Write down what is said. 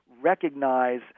recognize